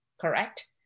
correct